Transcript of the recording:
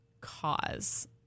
cause